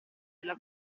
della